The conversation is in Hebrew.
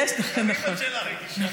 גם אימא שלה רגישה.